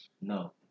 No